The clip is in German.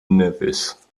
nevis